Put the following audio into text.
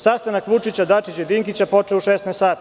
Sastanak Vučića, Dačića i Dinkića počeo u 16 časova.